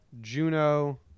Juno